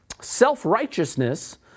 self-righteousness